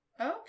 Okay